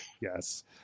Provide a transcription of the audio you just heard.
yes